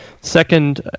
second